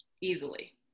easily